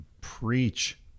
Preach